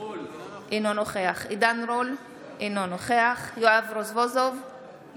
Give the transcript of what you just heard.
אינו נוכח עידן רול, אינו נוכח יואל רזבוזוב,